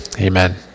Amen